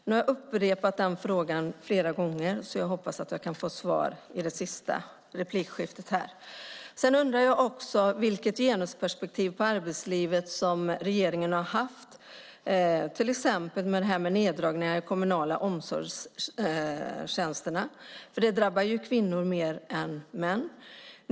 Nu har jag upprepat den frågan flera gånger, så jag hoppas att jag kan få svar i den sista repliken. Sedan undrar jag också vilket genusperspektiv på arbetslivet som regeringen har haft, till exempel i fråga om neddragningar av de kommunala omsorgstjänsterna, som drabbar kvinnor mer än män.